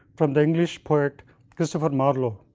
from the english poet christopher marlowe.